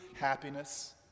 happiness